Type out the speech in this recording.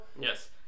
Yes